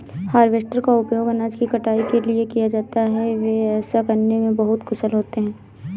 harvester का उपयोग अनाज की कटाई के लिए किया जाता है, वे ऐसा करने में बहुत कुशल होते हैं